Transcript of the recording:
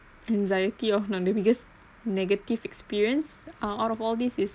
anxiety or no the biggest negative experience are out of all this is